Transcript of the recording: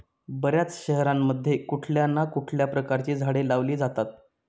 बर्याच शहरांमध्ये कुठल्या ना कुठल्या प्रकारची झाडे लावली जातात